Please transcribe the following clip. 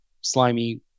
slimy